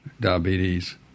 diabetes